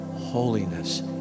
Holiness